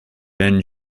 then